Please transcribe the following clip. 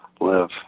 live